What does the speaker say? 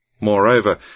Moreover